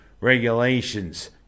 regulations